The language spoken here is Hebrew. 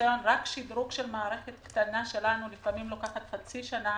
רק שדרוג של מערכת קטנה שלנו לפעמים לוקחת חצי שנה,